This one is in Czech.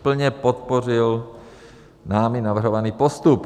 Plně podpořil námi navrhovaný postup.